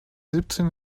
siebzehn